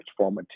transformative